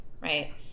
right